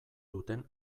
duten